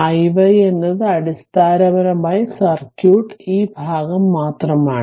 iy 0 എന്നത് അടിസ്ഥാനപരമായി circuit ഈ ഭാഗം മാത്രമാണ്